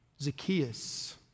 Zacchaeus